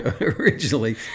originally